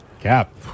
Cap